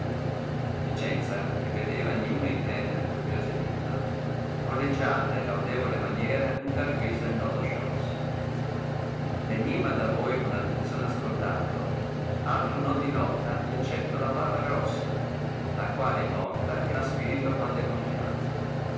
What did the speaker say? vicenza che vedeva ninno intendere il dubbioso enimma con leggiadra e laudevole maniera in tal guisa il nodo sciolse l enimma da voi con attenzione ascoltato altro non dinota eccetto la palla grossa la quale è morta e ha lo spirito quando è gonfiata